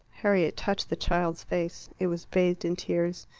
harriet touched the child's face. it was bathed in tears.